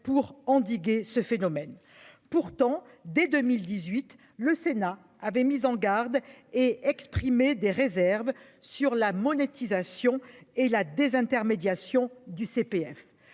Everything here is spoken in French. pour endiguer ce phénomène. Pourtant dès 2018, le Sénat avait mis en garde et exprimé des réserves sur la monétisation et la désintermédiation du CPF.